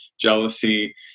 jealousy